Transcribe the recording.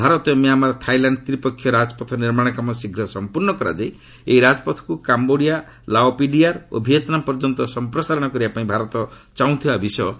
Bharat Myanmar Thailand ତ୍ରିପକ୍ଷୀୟ ରାଜପଥ ନିର୍ମାଣ କାମ ଶୀଘ୍ର ସମ୍ପର୍ଷ୍ଣ କରାଯାଇ ଏହି ରାଜପଥକୁ କାମ୍ବୋଡ଼ିଆ ଲାଓ ପିଡିଆର୍ ଓ ଭିଏତନାମ୍ ପର୍ଯ୍ୟନ୍ତ ସମ୍ପ୍ରସାରଣ କରିବା ପାଇଁ ଭାରତ ଚାହୁଁଥିବା ବିଷୟ ସେ ଜଣାଇଛନ୍ତି